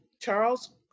Charles